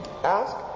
Ask